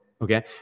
Okay